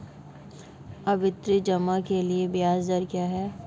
आवर्ती जमा के लिए ब्याज दर क्या है?